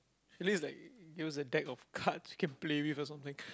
please they give us a deck of cards we can play with or something